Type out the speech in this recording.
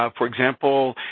ah for example,